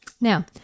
Now